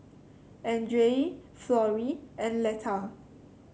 Andrae Florrie and Leta